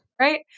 Right